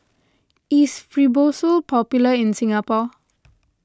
is Fibrosol popular in Singapore